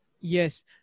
Yes